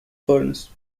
furnace